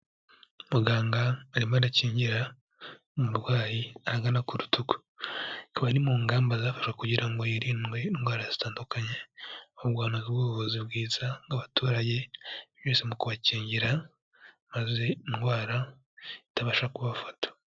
Muganga arimo arakingira umurwayi ahagana ku rutugu, ikaba ari mu ngamba zafashwe kugira ngo hirindwe indwara zitandukanye, ahubwo abantu bahabwe ubuvuzi bwiza bw'abaturage binyuze mu kubakingira, maze indwara itabasha kubafata.